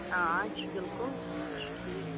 آ یہ چھُ بلکُل یہ چھُ ٹھیٖک